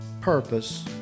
Purpose